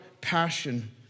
passion